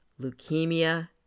leukemia